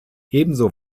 ebenso